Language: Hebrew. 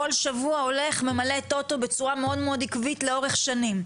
כל שבוע הולך וממלא טוטו בצורה מאוד עקבית לאורך שנים,